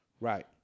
Right